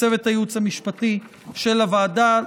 לצוות הייעוץ המשפטי של הוועדה,